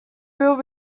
real